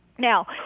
Now